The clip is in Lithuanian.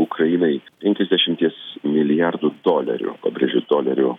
ukrainai penkiasdešimties milijardų dolerių pabrėžiu dolerių